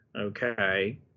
okay